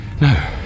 No